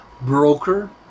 broker